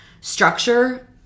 structure